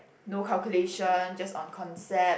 no calculation just on concept